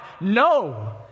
No